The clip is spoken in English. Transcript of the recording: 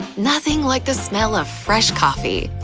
nothing like the smell of fresh coffee!